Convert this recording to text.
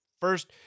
first –